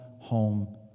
home